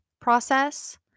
process